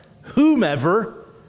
whomever